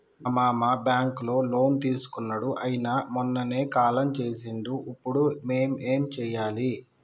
మా మామ బ్యాంక్ లో లోన్ తీసుకున్నడు అయిన మొన్ననే కాలం చేసిండు ఇప్పుడు మేం ఏం చేయాలి?